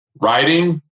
writing